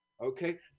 Okay